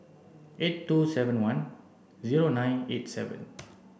eight two seven one zero nine eight seven